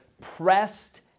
pressed